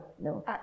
no